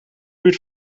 buurt